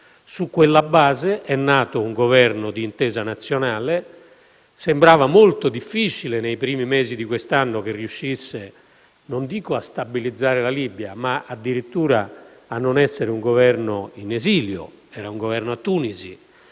Su quella base è nato un Governo di intesa nazionale. Sembrava molto difficile, nei primi mesi di quest'anno, che riuscisse non dico a stabilizzare la Libia, ma addirittura a non essere un Governo in esilio: era un Governo a Tunisi,